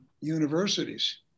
universities